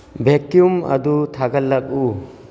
vacuum ꯑꯗꯨ ꯊꯥꯒꯠꯂꯛꯎ